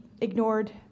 ignored